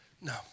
No